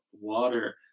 water